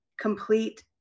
complete